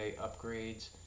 upgrades